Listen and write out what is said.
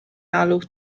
alw